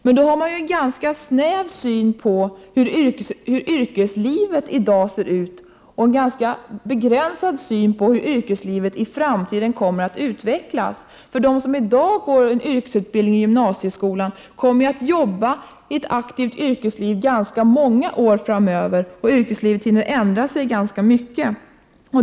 Men då har man en ganska snäv syn på hur yrkeslivet i dag ser ut och en ganska begränsad syn på hur yrkeslivet kommer att utvecklas i framtiden. De som i dag går en yrkesutbildning i gymnasieskolan kommer att jobba och ha ett aktivt yrkesliv ganska många år framöver. Yrkeslivet hinner ändra sig ganska mycket.